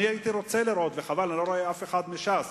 הייתי רוצה לראות, וחבל, אני לא רואה אף אחד מש"ס.